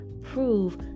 prove